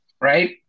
right